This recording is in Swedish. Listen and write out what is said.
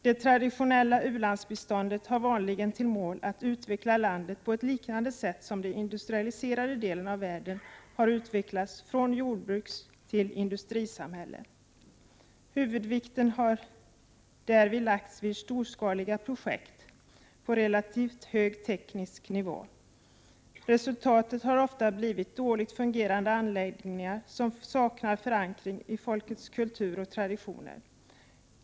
Det traditionella u-landsbiståndet har vanligen till mål att utveckla u-landet på ett liknande sätt som den industrialiserade delen av världen har utvecklats från jordbrukstill industrisamhälle. Huvudvikten har därvid lagts på storskaliga projekt på relativt hög teknisk nivå. Resultatet har ofta blivit dåligt fungerande anläggningar, som saknar förankring i folkets kultur och traditioner.